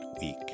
week